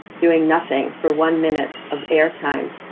doing nothing, for one minute of airtime.